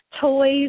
toys